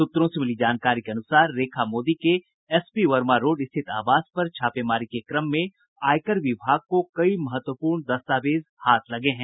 सूत्रों से मिली जानकारी के अनुसार रेखा मोदी के एसपी वर्मा रोड स्थित आवास पर छापेमारी के क्रम में आयकर विभाग को कई महत्वपूर्ण दस्तावेज हाथ लगे हैं